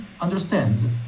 understands